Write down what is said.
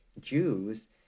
Jews